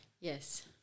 Yes